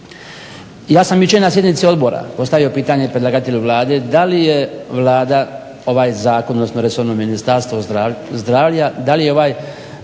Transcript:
Ja sam jučer na sjednici odbora postavio pitanje predlagatelju Vlade da li je Vlada ovaj Zakon, odnosno resorno Ministarstvo zdravlja, da li je ovaj